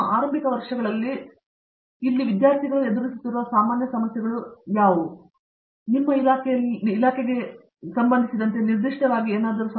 ನಿಮ್ಮ ಆರಂಭಿಕ ವರ್ಷಗಳಲ್ಲಿ ಇಲ್ಲಿ ಎದುರಿಸುತ್ತಿರುವ ಸಮಸ್ಯೆಗಳು ಅಥವಾ ಅವರ ಪಿಎಚ್ಡಿ ಕಾರ್ಯಕ್ರಮದ ಮೂಲಕವೂ ನಿಮ್ಮ ಇಲಾಖೆಗೆ ಸಂಬಂಧಿಸಿದಂತೆ ನಿರ್ದಿಷ್ಟವಾಗಿ ಹೇಳುವುದಾದರೆ ನೀವು ಏನು ನೋಡುತ್ತೀರಿ